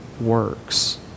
works